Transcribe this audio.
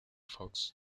fox